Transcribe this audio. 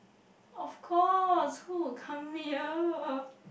of course who would come here